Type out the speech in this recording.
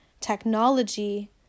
technology